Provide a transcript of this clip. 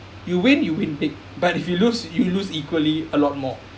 you win you win big but if you lose you lose equally a lot more